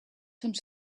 some